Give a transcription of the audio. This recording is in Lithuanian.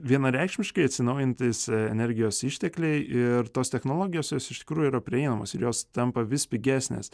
vienareikšmiškai atsinaujinantys energijos ištekliai ir tos technologijos jos iš tikrųjų yra prieinamos ir jos tampa vis pigesnės